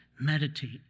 meditate